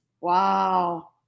wow